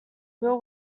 real